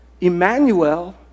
Emmanuel